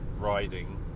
riding